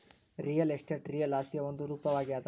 real estate real ಆಸ್ತಿಯ ಒಂದು ರೂಪವಾಗ್ಯಾದ